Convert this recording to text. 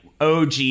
OG